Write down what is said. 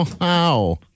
Wow